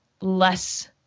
less